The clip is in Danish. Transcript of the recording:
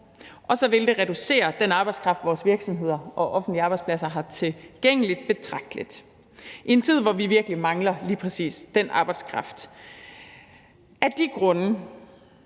og så vil det reducere den arbejdskraft, vores virksomheder og offentlige arbejdspladser har tilgængelig, betragteligt i en tid, hvor vi mangler lige præcis den arbejdskraft. Af de grunde,